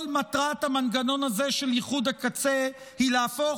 כל מטרת המנגנון הזה של ייחוד הקצה היא להפוך